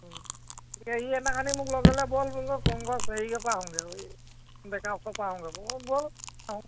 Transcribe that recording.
গতিকে সি সেইদিনাখনি মোক লগ লগে বোল বোলো পংকজ হেৰি অ'ৰ পৰা আহোগৈ এই ডেকা ওচৰৰ পৰা আহোগৈ মই বলো বোল আহো